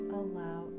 allow